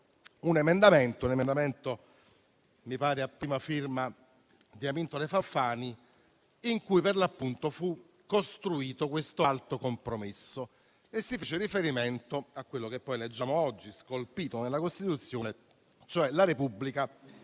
un emendamento, mi pare a prima firma di Amintore Fanfani, in cui per l'appunto fu costruito questo alto compromesso e si fece riferimento a quello che poi leggiamo oggi, scolpito nella Costituzione, cioè la Repubblica